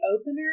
opener